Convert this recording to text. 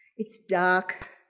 it's dark,